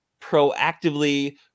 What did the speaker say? proactively